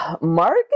Mark